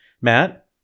Matt